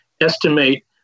estimate